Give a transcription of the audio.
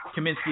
Kaminsky